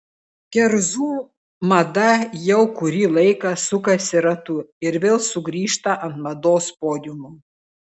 kerzų mada jau kurį laiką sukasi ratu ir vėl sugrįžta ant mados podiumų